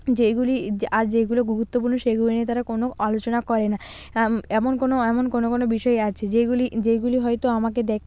যেইগুলিই আর যেইগুলো গুরুত্বপূর্ণ সেইগুলি নিয়ে তারা কোনো আলোচনা করে না এমন কোনো এমন কোনো কোনো বিষয় আছে যেগুলি যেগুলি হয়তো আমাকে দেখ